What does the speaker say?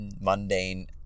mundane